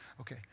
okay